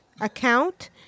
account